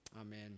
Amen